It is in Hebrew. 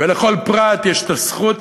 ולכל פרט יש הזכות